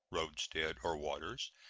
roadstead, or waters,